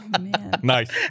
Nice